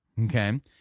okay